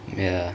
ya